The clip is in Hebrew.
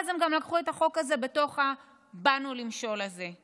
ואז הם גם לקחו את החוק הזה בתוך ה"באנו למשול" הזה.